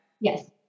Yes